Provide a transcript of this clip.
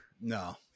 No